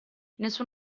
nessun